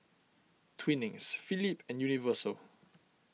Twinings Philips and Universal